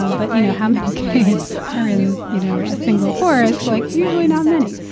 um but you know, how many caves are in, you know, a single forest? like, usually not many.